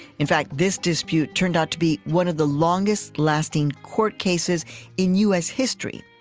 in fact, this dispute turned out to be one of the longest-lasting court cases in u s. history,